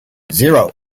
zero